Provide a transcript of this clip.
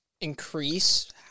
increase